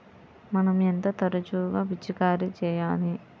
మనం ఎంత తరచుగా పిచికారీ చేయాలి?